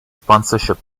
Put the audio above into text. sponsorship